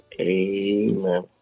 amen